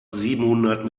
siebenhundert